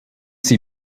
sie